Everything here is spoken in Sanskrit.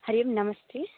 हरिः ओं नमस्ते